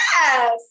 yes